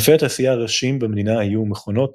ענפי התעשייה הראשיים במדינה היו מכונות,